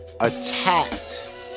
attacked